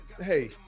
hey